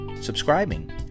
subscribing